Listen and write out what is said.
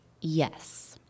Yes